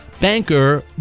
banker